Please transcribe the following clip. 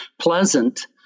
pleasant